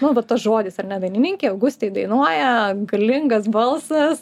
nu va tas žodis ar ne dainininkė augustė dainuoja galingas balsas